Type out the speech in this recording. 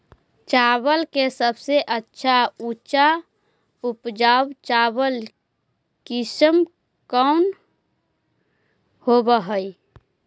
चावल के सबसे अच्छा उच्च उपज चावल किस्म कौन होव हई?